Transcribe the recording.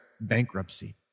bankruptcy